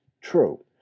true